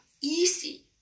easy